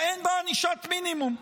ואין בה ענישת מינימום.